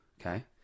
okay